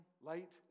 light